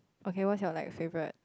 okay what's your like favourite